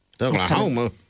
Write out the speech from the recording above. Oklahoma